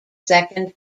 second